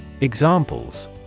Examples